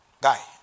Guy